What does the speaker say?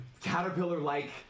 caterpillar-like